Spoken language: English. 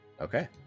okay